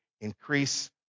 Increase